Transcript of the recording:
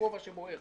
כובע שבוער.